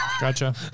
Gotcha